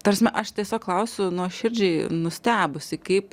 ta rsme aš tiesiog klausiu nuoširdžiai nustebusi kaip